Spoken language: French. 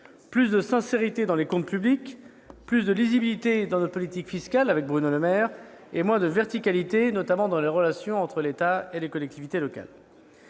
plus de sincérité dans les comptes publics, plus de lisibilité dans la politique fiscale et moins de verticalité, notamment dans les relations entre l'État et les collectivités locales.